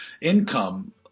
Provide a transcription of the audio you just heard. income